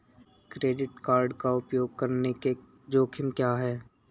Credit card का उपयोग करने के जोखिम क्या हैं?